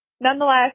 nonetheless